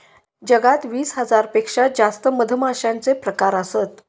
जगात वीस हजार पेक्षा जास्त मधमाश्यांचे प्रकार असत